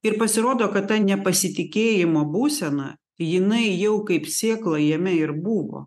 ir pasirodo kad ta nepasitikėjimo būsena jinai jau kaip sėkla jame ir buvo